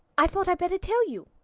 i thought i'd better tell you.